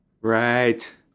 Right